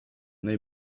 they